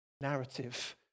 narrative